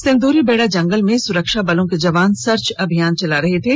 सिंदुरी बेड़ा जंगल में सुरक्षा बलों के जवान सर्च अभियान चला रहे थे